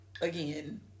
Again